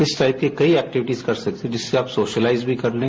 इस टाइप की कई एक्टिविटी कर सकते हो जिसे आप सोशलाई भी कर लें